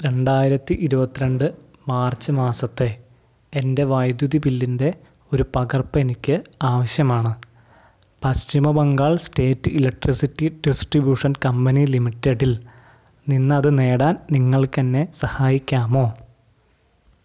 രണ്ടായിരത്തി ഇരുപത്തിരണ്ട് മാർച്ച് മാസത്തെ എൻ്റെ വൈദ്യുതി ബില്ലിൻ്റെ ഒരു പകർപ്പ് എനിക്ക് ആവശ്യമാണ് പശ്ചിമ Bengal state electricity distribution company ലിമിറ്റഡിൽ നിന്ന് അത് നേടാൻ നിങ്ങൾക്കെന്നെ സഹായിക്കാമോ